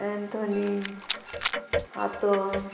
Anthony हातोन